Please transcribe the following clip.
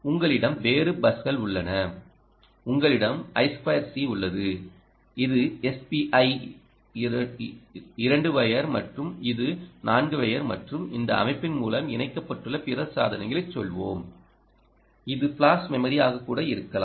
உங்களிடம் வேறு பஸ்கள் உள்ளன உங்களிடம் I2c உள்ளது இது எஸ்பிஐ இது 2 வயர் மற்றும் இது 4 வயர் மற்றும் இந்த அமைப்பின் மூலம் இணைக்கப்பட்டுள்ள பிற சாதனங்களை சொல்வோம் இது ஃபிளாஷ் மெமரியாகக் கூட இருக்கலாம்